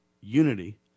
unity